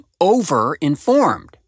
over-informed